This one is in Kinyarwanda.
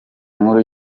nkuru